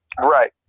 Right